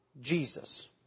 Jesus